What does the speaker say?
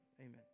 amen